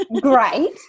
great